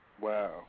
Wow